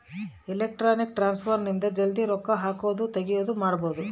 electronic transfer ಇಂದ ಜಲ್ದೀ ರೊಕ್ಕ ಹಾಕೋದು ತೆಗಿಯೋದು ಮಾಡ್ಬೋದು